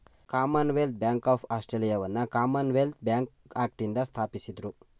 Commonwealth Bank of ಆಸ್ಟ್ರೇಲಿಯಾವನ್ನ Commonwealth Bank ಆಕ್ಟ್ನಿಂದ ಸ್ಥಾಪಿಸಿದ್ದ್ರು